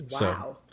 Wow